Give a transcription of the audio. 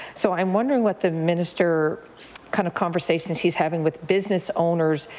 so i am wondering what the minister kind of conversations he is having with business owners,